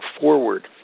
forward